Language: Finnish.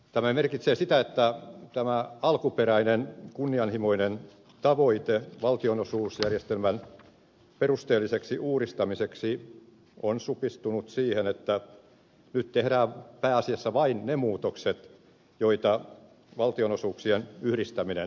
tämä merkitsee sitä että tämä alkuperäinen kunnianhimoinen tavoite valtionosuusjärjestelmän perusteelliseksi uudistamiseksi on supistunut siihen että nyt tehdään pääasiassa vain ne muutokset joita valtionosuuksien yhdistäminen edellyttää